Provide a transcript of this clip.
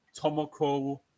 Tomoko